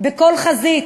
בכל חזית